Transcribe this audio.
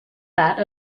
that